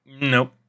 Nope